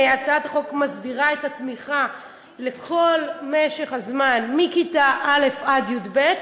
הצעת החוק מסדירה את התמיכה לכל משך הזמן מכיתה א' עד י"ב,